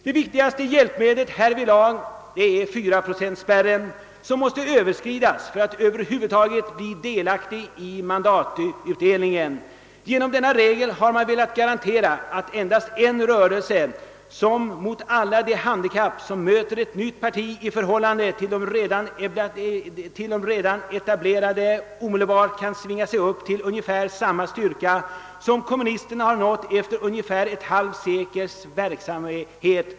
Det viktigaste hjälpmedlet härvidlag är den fyraprocentspärr som måste överskridas för att man över huvud taget skall bli delaktig i mandatutdelningen. Avsikten med regeln har varit att garantera att endast den rörelse får vara med i leken som — mot alla de handikapp som möter ett nytt parti i förhållande till de redan etablerade — omedelbart kan svinga sig upp till ungefär samma styrka som kommunisterna har nått efter ett halvt sekels verksamhet.